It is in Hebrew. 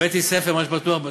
הבאתי ספר, מה שבטוח.